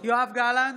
יואב גלנט,